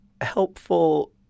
helpful